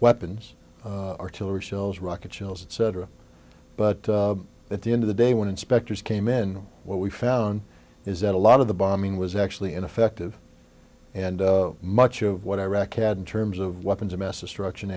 weapons artillery shells rocket shells etc but at the end of the day when inspectors came in what we found is that a lot of the bombing was actually ineffective and much of what iraq had in terms of weapons of mass destruction